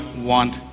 want